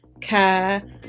care